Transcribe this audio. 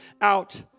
out